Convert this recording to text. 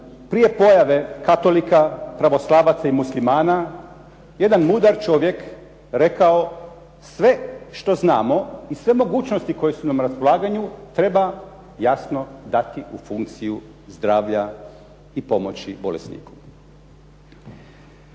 prije pojave katolika, pravoslavaca i muslimana jedan mudar čovjek rekao: "Sve što znamo i sve mogućnosti koje su nam na raspolaganju, treba jasno dati u funkciju zdravlja i pomoći bolesniku."